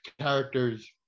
characters